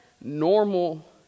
normal